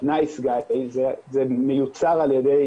"נייס גאי", זה מיוצר על ידי,